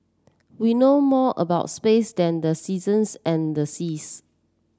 we know more about space than the seasons and the seas